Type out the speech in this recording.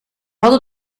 hadden